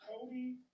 Cody